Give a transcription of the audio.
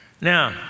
Now